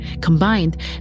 Combined